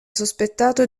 sospettato